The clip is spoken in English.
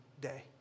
day